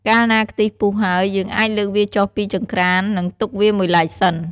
កាលណាខ្ទិះពុះហើយ យើងអាចលើកវាចុះពីចង្រ្កាន និងទុកវាមួយឡែកសិន។